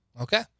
Okay